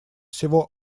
всего